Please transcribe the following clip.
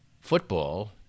football